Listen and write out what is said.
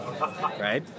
right